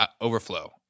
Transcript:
overflow